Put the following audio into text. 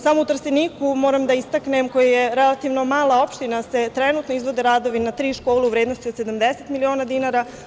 Samo u Trsteniku, moram da istaknem, koja je relativno mala opština, se trenutno izvode radovi na tri škole u vrednosti od 70 miliona dinara.